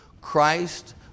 Christ